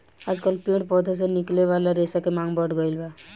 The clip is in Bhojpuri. आजकल पेड़ पौधा से निकले वाला रेशा के मांग बढ़ गईल बा